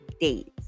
dates